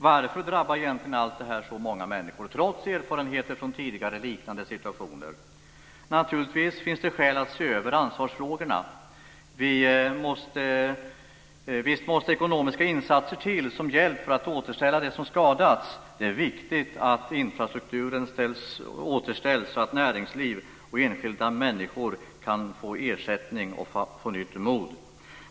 Varför drabbar egentligen allt det här så många människor trots erfarenheter från tidigare liknande situationer? Naturligtvis finns det skäl att se över ansvarsfrågorna. Visst måste ekonomiska insatser till som hjälp för att återställa det som skadats. Det är viktigt att infrastrukturen återställs så att näringsliv och enskilda människor kan få ersättning och nytt mod.